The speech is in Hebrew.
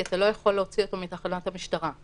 כי אתה לא יכול להוציא אותו מתחנת המשטרה.